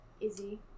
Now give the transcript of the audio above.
izzy